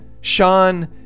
Sean